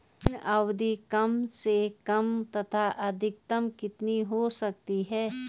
ऋण अवधि कम से कम तथा अधिकतम कितनी हो सकती है?